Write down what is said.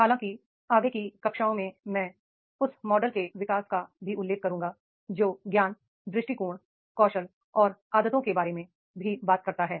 हालांकि आगे की कक्षाओं में मैं उस मॉडल के विकास का भी उल्लेख करूंगा जो ज्ञान दृष्टिकोण कौशल और आदतों के बारे में भी बात करता है